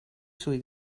sui